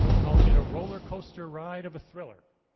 calling it a roller coaster ride of a thriller.